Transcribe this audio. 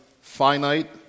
finite